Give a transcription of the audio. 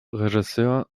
regisseur